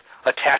attached